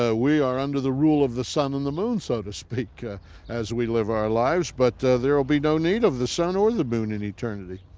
ah we are under the rule of the sun and the moon so to speak as we live our lives but there'll be no need of the sun or the moon in eternity.